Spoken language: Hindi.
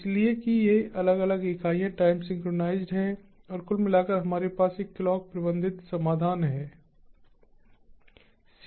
इसलिए कि ये अलग अलग इकाइयाँ टाइमसिंक्रनाइज़ हैं और कुल मिलाकर हमारे पास एक क्लॉक प्रबंधित समाधान है